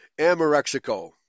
Amorexico